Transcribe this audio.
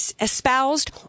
espoused